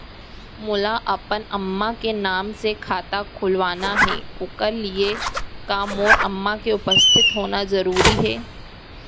मोला अपन अम्मा के नाम से खाता खोलवाना हे ओखर लिए का मोर अम्मा के उपस्थित होना जरूरी हे?